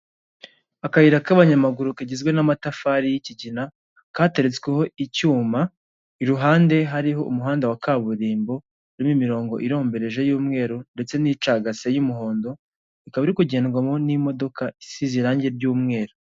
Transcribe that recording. Akayira k'abanyamaguru kagizwe n'amatafari y'ikigina kateretsweho icyuma, iruhande hariho umuhanda wa kaburimbo iriho imirongo irombereje y'umweru ndetse n'icagase y'umuhondo, ikaba iri kugendwamo n'imodoka isize irangi ry'umweru.